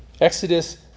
Exodus